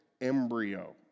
embryo